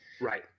Right